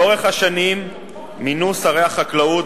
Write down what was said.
לאורך השנים מינו שרי החקלאות,